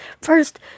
First